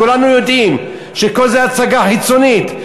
כולנו יודעים שכל זה הצגה חיצונית,